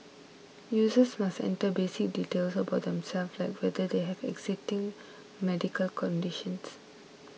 users must enter basic details about themselves like whether they have existing medical conditions